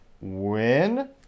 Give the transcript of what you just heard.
win